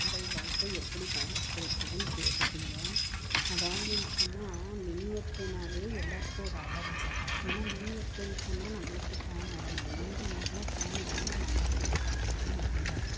உங்கள் வாழ்க்கை எப்படி பாதிக்கப்படுகிறதுன்னு கேட்டிருக்கீங்க அதாவதுன்னு சொன்னால் மின்வெட்டுனாவே எல்லாேருக்கும் ஒரு அலர்ஜி ஏன்னால் மின்வெட்டுன்னு சொன்னால் நம்மளுக்கு ஃபேன் ஓடமாட்டி இந்த ஊரில் ஃபேன் இல்லாமல் நம்மளால் இருக்கவே முடியாது